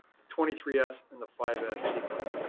the twenty three s and the five s sequence.